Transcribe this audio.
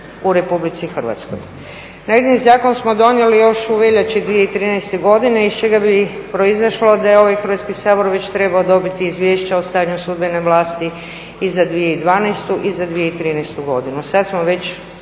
u RH. Naime, zakon smo donijeli još u veljači 2013. godine iz čega bi proizašlo da je ovaj Hrvatski sabor već trebao dobiti Izvješće o stanju sudbene vlasti i za 2012. i za 2013. godinu.